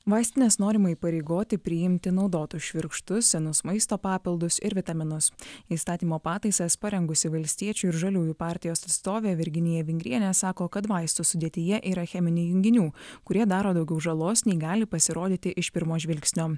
vaistines norima įpareigoti priimti naudotus švirkštus senus maisto papildus ir vitaminus įstatymo pataisas parengusi valstiečių ir žaliųjų partijos atstovė virginija vingrienė sako kad vaistų sudėtyje yra cheminių junginių kurie daro daugiau žalos nei gali pasirodyti iš pirmo žvilgsnio